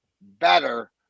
better